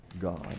God